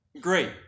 great